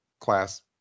class